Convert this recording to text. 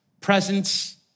presence